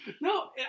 No